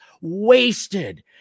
wasted